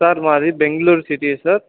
sir నాది Bengaluru city sir